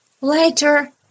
Later